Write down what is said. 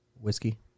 whiskey